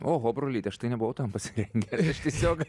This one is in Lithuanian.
oho brolyti aš tai nebuvau tam pasirengęs tiesiog